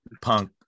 punk